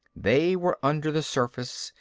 they were under the surface,